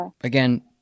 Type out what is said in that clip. again